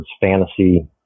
fantasy